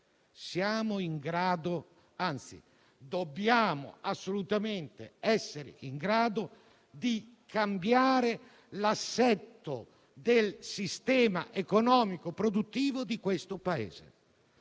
dobbiamo assolutamente essere in grado di cambiare l'assetto del sistema economico-produttivo del Paese